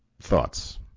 thoughts